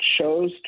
chose